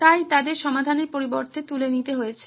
তাই তাদের সমাধানের পরিবর্তে তুলে নিতে হয়েছে